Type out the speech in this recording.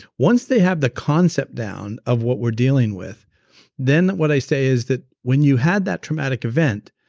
once they have the concept down of what we're dealing with then what i say is that when you had that traumatic event,